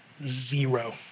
zero